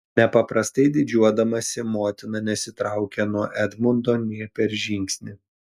nepaprastai didžiuodamasi motina nesitraukė nuo edmundo nė per žingsnį